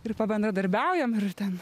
ir pabendradarbiaujam ten